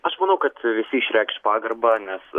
aš manau kad visi išreikš pagarbą nes